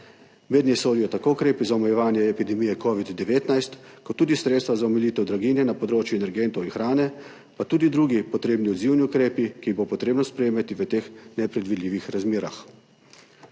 Mednje sodijo tako ukrepi za omejevanje epidemije covida-19 kot tudi sredstva za omilitev draginje na področju energentov in hrane, pa tudi drugi potrebni odzivni ukrepi, ki jih bo potrebno sprejemati v teh nepredvidljivih razmerah.